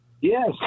Yes